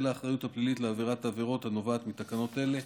האחריות הפלילית לעבירות הנובעות מתקנות אלה,